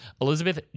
Elizabeth